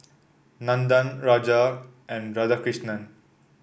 Nandan Raja and Radhakrishnan